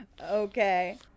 Okay